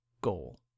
goal